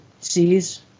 sees